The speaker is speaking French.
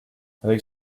avec